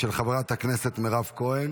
(הוראת שעה)